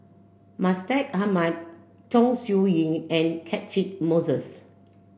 Mustaq Ahmad Chong Siew Ying and Catchick Moses